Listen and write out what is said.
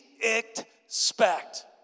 expect